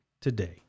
today